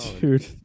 Dude